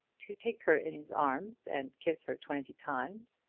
to take her in his arms, and kiss her twenty times,